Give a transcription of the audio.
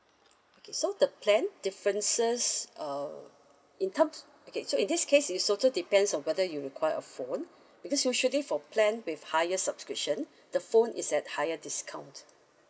okay so the plan differences uh in terms okay so in this case is also depends on whether you require a phone because usually for plan with higher subscription the phone is at higher discount